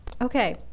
Okay